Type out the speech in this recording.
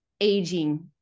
aging